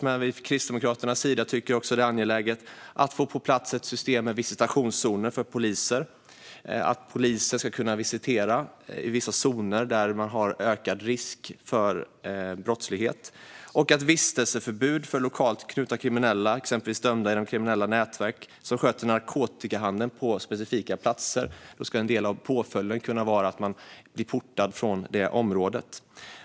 Från Kristdemokraternas sida tycker vi också att det är angeläget att få på plats ett system med visitationszoner för poliser, så att poliser ska kunna visitera i vissa zoner där man har ökad risk för brottslighet, samt vistelseförbud för lokalt knutna kriminella, exempelvis dömda personer inom kriminella nätverk som sköter narkotikahandeln på specifika platser. En del av påföljden ska då kunna vara att man blir portad från det området.